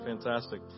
Fantastic